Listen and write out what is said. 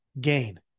gain